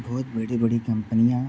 बहुत बड़ी बड़ी कंपनियाँ